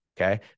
Okay